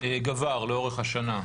גבר לאורך השנה.